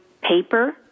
paper